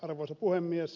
arvoisa puhemies